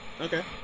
Okay